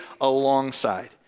alongside